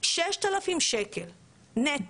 6,000 שקל נטו.